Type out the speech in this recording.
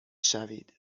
شوید